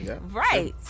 Right